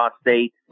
State